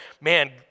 man